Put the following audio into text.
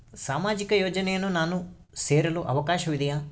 ಸಾಮಾಜಿಕ ಯೋಜನೆಯನ್ನು ನಾನು ಸೇರಲು ಅವಕಾಶವಿದೆಯಾ?